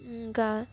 ఇంకా